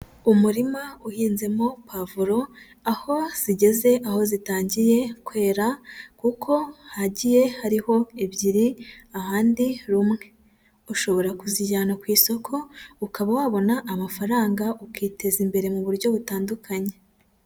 Umurima uhinzemo pavuro aho zigeze aho zitangiye kwera kuko hagiye hariho ebyiri ahandi rumwe, ushobora kuzijyana ku isoko ukaba wabona amafaranga ukiteza imbere mu buryo butandukanye.